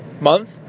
month